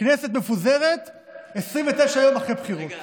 כנסת מפוזרת 29 יום אחרי בחירות.